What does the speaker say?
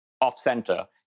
off-center